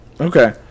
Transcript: Okay